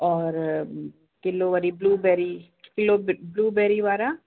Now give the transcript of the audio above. और किलो वरी blueberry kilo ब्ल ब्लूबेरी वारा